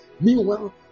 Meanwhile